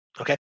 Okay